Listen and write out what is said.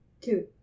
Two